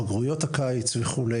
בגרויות הקיץ וכו',